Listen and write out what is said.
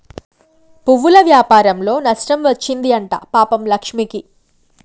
పువ్వుల వ్యాపారంలో నష్టం వచ్చింది అంట పాపం లక్ష్మికి